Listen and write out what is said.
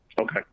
Okay